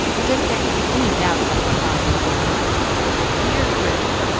as if there could be any doubt about the following ditty dear grif,